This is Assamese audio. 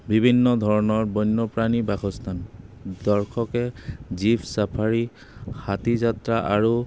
বিভিন্ন ধৰণৰ বন্যপ্ৰাণী বাসস্থান দৰ্শকে জিপ চাফাৰী হাতীযাত্ৰা আৰু